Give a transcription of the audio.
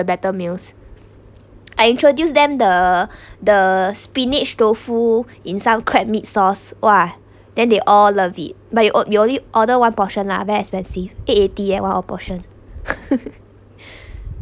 better meals I introduce them the the spinach tofu in some crab meat sauce !wah! then they all love it but you ord~ you only order one portion lah very expensive eight eighty eh one of a portion